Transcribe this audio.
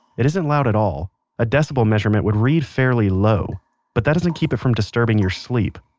it isn't loud at all a decibel measurement would read fairly low but that doesn't keep it from disturbing your sleep